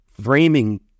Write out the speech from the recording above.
framing